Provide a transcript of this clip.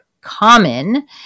common